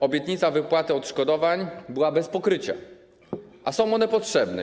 Obietnica wypłaty odszkodowań była bez pokrycia, a one są potrzebne.